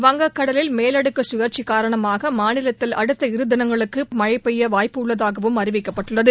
வங்கக் கடலில் மேலடுக்குகழற்சிகாரணமாகமாநிலத்தில் அடுத்த இருதினங்களுக்குபரவலாகமழைபெய்யவாய்ப்புள்ளதாகவும் அறிவிக்கப்பட்டுள்ளது